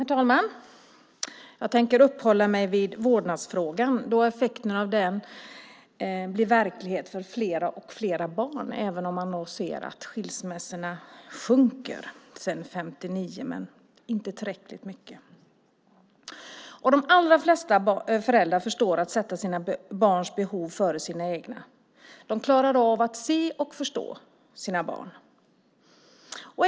Herr talman! Jag tänker uppehålla mig vid vårdnadsfrågan då effekterna av den blir verklighet för fler och fler barn, även om man ser att antalet skilsmässor sjunkit sedan 1959, men inte tillräckligt mycket. De allra flesta föräldrar förstår att sätta sina barns behov före sina egna. De klarar av att se och förstå sina barn.